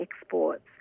exports